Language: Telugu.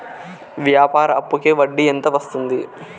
వ్యాపార అప్పుకి వడ్డీ ఎంత వస్తుంది?